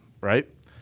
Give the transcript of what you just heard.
right